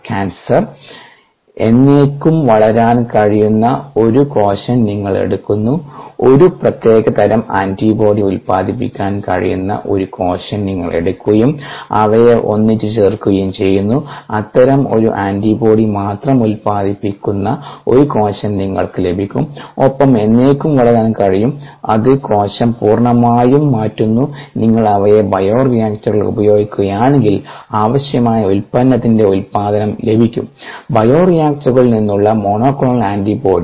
cancer എന്നേക്കും വളരാൻ കഴിയുന്ന ഒരു കോശം നിങ്ങൾ എടുക്കുന്നു ഒരു പ്രത്യേക തരം ആന്റിബോഡി ഉൽപാദിപ്പിക്കാൻ കഴിയുന്ന ഒരു കോശം നിങ്ങൾ എടുക്കുകയും അവയെ ഒന്നിച്ച് ചേർക്കുകയും ചെയ്യുന്നു അത്തരം ഒരു ആന്റിബോഡി മാത്രം ഉൽപാദിപ്പിക്കുന്ന ഒരു കോശം നിങ്ങൾക്ക് ലഭിക്കും ഒപ്പം എന്നേക്കും വളരാനും കഴിയും അത് കോശം പൂർണ്ണമായും മാറ്റുന്നു നിങ്ങൾ അവയെ ബയോറിയാക്ടറുകളിൽ ഉപയോഗിക്കുകയാണെങ്കിൽ ആവശ്യമായ ഉൽപ്പന്നത്തിന്റെ ഉത്പാദനം ലഭിക്കും ബയോറിയാക്ടറുകളിൽ നിന്നുള്ള മോണോക്ലോണൽ ആന്റിബോഡി